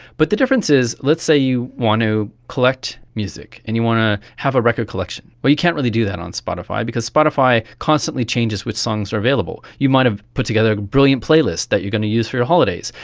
but the difference is, let's say you want to collect music and you want to have a record collection. well, you can't really do that on spotify because spotify constantly changes with songs that are available. you might have put together a brilliant playlist that you're going to use for your holidays.